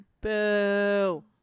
Boo